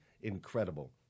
incredible